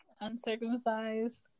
uncircumcised